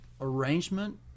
arrangement